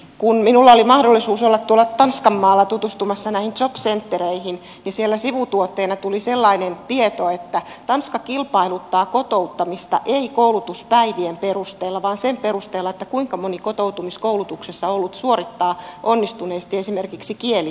kun minulla oli mahdollisuus olla tuolla tanskanmaalla tutustumassa näihin jobcentereihin niin siellä sivutuotteena tuli sellainen tieto että tanska ei kilpailuta kotouttamista koulutuspäivien perusteella vaan sen perusteella kuinka moni kotoutumiskoulutuksessa ollut suorittaa onnistuneesti esimerkiksi kielitestin